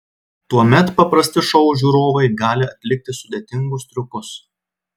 tuomet paprasti šou žiūrovai gali atlikti sudėtingus triukus